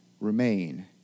remain